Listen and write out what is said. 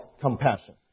compassion